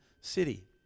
city